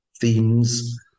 themes